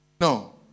No